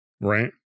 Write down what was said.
right